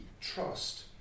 trust